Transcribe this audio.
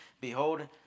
Behold